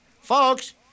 folks